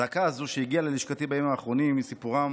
הזעקה הזו שהגיעה ללשכתי בימים האחרונים היא סיפורם